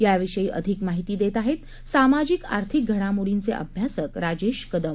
याविषयी अधिक माहिती देत आहेत सामाजिक आर्थिक घडामोडींचे अभ्यासक राजेश कदम